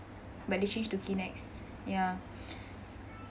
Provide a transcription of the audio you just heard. but they changed to kinex ya